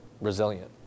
resilient